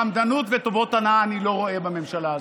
חמדנות וטובות הנאה אני לא רואה בממשלה הזאת.